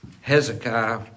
Hezekiah